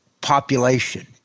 population